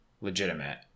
legitimate